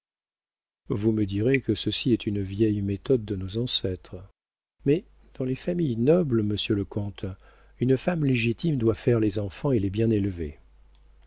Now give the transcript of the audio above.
vous me direz que ceci est une vieille méthode de nos ancêtres mais dans les familles nobles monsieur le comte une femme légitime doit faire les enfants et les bien élever